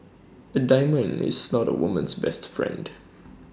A diamond is not A woman's best friend